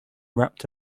wrapped